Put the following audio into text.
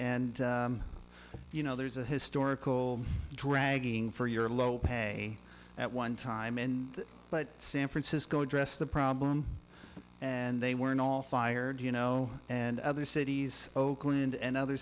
and you know there's a historical dragging for your low pay at one time and but san francisco address the problem and they weren't all fired you know and other cities oakland and other